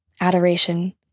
Adoration